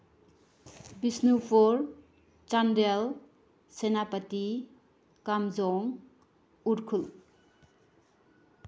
Bishnupur Chandel Senapati Kamjong Ukhrul